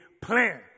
plan